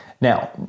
Now